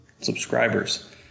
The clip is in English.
subscribers